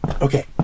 Okay